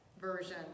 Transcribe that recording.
version